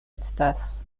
estas